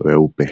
mweupe.